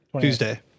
Tuesday